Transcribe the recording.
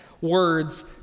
words